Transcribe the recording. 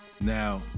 Now